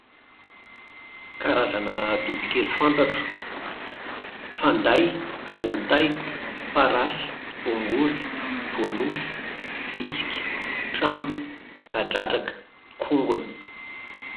Karazana bibikely fantatro: fanday, voatay, parasy, voangory, voanosy, vitsika, trambo, kadradraka, kongona